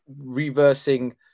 reversing